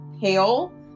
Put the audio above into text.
pale